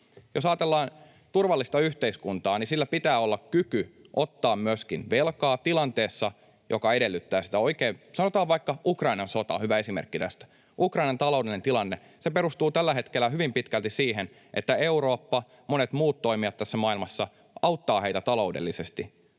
Jos ajatellaan turvallista yhteiskuntaa, niin sillä pitää olla kyky ottaa myöskin velkaa tilanteessa, joka edellyttää sitä. Sanotaan vaikka: Ukrainan sota on hyvä esimerkki tästä. Ukrainan taloudellinen tilanne perustuu tällä hetkellä hyvin pitkälti siihen, että Eurooppa ja monet muut toimijat tässä maailmassa auttavat heitä taloudellisesti.